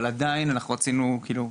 אבל עדיין אנחנו רצינו כאילו,